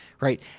right